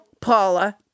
Paula